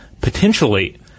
potentially